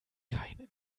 kein